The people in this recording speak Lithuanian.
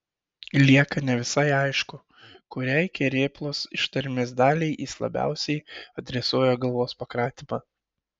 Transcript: lieka ne visai aišku kuriai kerėplos ištarmės daliai jis labiausiai adresuoja galvos pakratymą